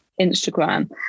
Instagram